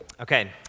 Okay